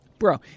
Bro